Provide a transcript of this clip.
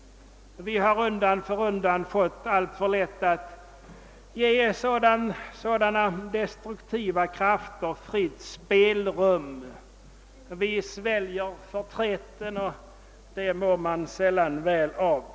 Vi har undan för undan givit destruktiva krafter fritt spelrum. Vi sväljer förtreten, och det mår man sällan väl av.